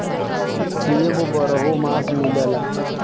सेब बारहो मास मिलला